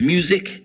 Music